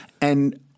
And-